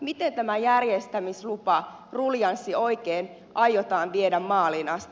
miten tämä järjestämisluparuljanssi oikein aiotaan viedä maaliin asti